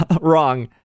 wrong